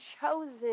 chosen